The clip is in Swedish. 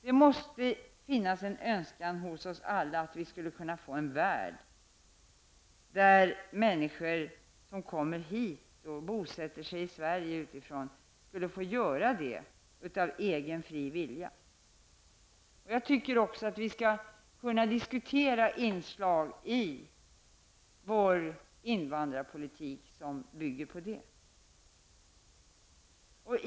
Det måste finnas en önskan hos oss alla att skapa en värld, där människor som kommer hit och bosätter sig i Sverige kan göra detta av egen fri vilja. Jag tycker att vi skall kunna diskutera inslag i vår invandringspolitik som bygger på denna tanke.